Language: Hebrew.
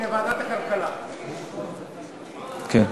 רק תיקון,